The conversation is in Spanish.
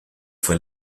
fue